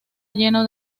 lleno